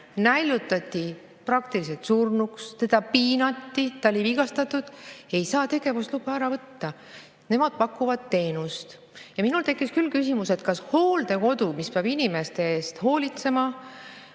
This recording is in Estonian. näljutati praktiliselt surnuks, teda piinati, ta oli vigastatud – tegevusluba ära, nemad pakuvad teenust. Minul tekkis küll küsimus, et kas hooldekodus, mis peab inimeste eest hoolitsema,